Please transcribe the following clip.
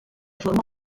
forma